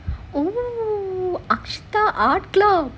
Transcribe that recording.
oh that is goal